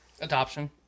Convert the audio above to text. Adoption